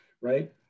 right